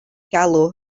galw